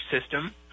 system